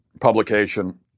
publication